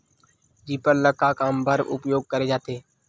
Reaper ल का काम बर उपयोग करे जाथे?